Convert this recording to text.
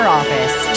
office